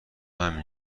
همین